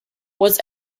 was